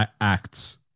acts